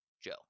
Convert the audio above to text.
Joe